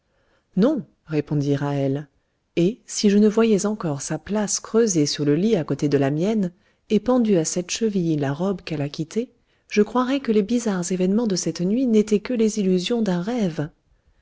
non répondit ra'hel et si je ne voyais encore sa place creusée sur le lit à côté de la mienne et pendue à cette cheville la robe qu'elle a quittée je croirais que les bizarres événements de cette nuit n'étaient que les illusions d'un rêve